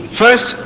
first